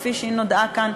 כפי שהיא נודעה כאן,